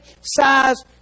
size